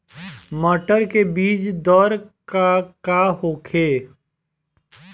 मटर के बीज दर का होखे?